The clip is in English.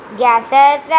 gases